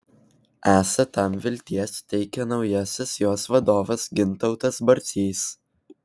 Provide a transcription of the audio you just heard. esą tam vilties teikia naujasis jos vadovas gintautas barcys